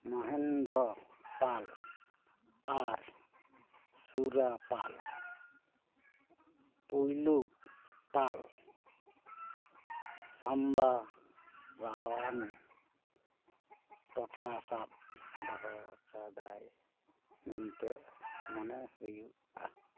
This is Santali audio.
ᱢᱚᱦᱮᱱᱫᱨᱚ ᱯᱟᱞ ᱟᱨ ᱥᱩᱨᱟ ᱯᱟᱞ ᱯᱩᱭᱞᱩ ᱯᱟᱞ ᱥᱟᱢᱵᱟᱨᱟᱣᱟᱱ ᱴᱚᱴᱷᱟ ᱥᱟᱵ ᱫᱚᱦᱚ ᱟᱠᱟᱫᱟᱭ ᱢᱮᱱᱛᱮ ᱢᱚᱱᱮ ᱦᱩᱭᱩᱜᱼᱟ